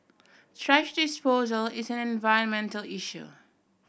thrash disposal is an environmental issue